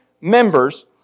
members